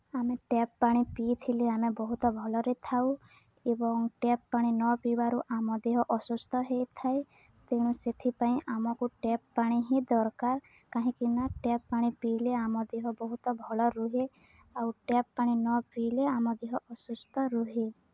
ଆମେ ଟ୍ୟାପ୍ ପାଣି ପିଇଥିଲେ ଆମେ ବହୁତ ଭଲରେ ଥାଉ ଏବଂ ଟ୍ୟାପ୍ ପାଣି ନ ପିଇବାରୁ ଆମ ଦେହ ଅସୁସ୍ଥ ହୋଇଥାଏ ତେଣୁ ସେଥିପାଇଁ ଆମକୁ ଟ୍ୟାପ୍ ପାଣି ହିଁ ଦରକାର କାହିଁକିନା ଟ୍ୟାପ୍ ପାଣି ପିଇଲେ ଆମ ଦେହ ବହୁତ ଭଲ ରୁହେ ଆଉ ଟ୍ୟାପ୍ ପାଣି ନ ପିଇଲେ ଆମ ଦେହ ଅସୁସ୍ଥ ରୁହେ